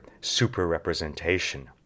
super-representation